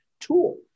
tool